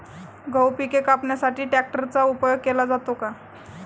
गहू पिके कापण्यासाठी ट्रॅक्टरचा उपयोग केला जातो का?